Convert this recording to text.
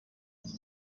nyuma